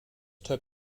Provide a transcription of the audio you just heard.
took